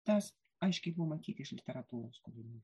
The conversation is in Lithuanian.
tas aiškiai buvo matyti iš literatūros kūrinį